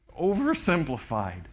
oversimplified